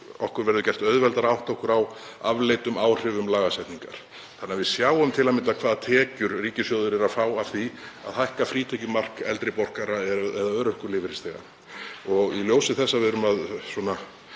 okkur verður gert auðveldara að átta okkur á afleiddum áhrifum lagasetningar þannig að við sjáum til að mynda hvaða tekjur ríkissjóður fær af því að hækka frítekjumark eldri borgara eða örorkulífeyrisþega. Í ljósi þess að við erum að